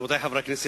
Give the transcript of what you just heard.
רבותי חברי הכנסת,